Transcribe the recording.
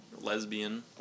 lesbian